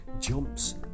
jumps